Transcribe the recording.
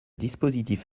dispositif